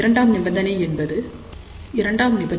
இரண்டாம் நிபந்தனை என்பது Γin Γs1